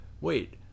wait